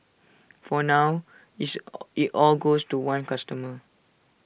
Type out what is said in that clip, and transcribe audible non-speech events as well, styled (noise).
for now it's (hesitation) IT all goes to one customer